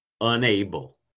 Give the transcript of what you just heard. unable